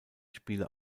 spiele